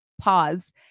pause